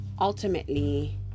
ultimately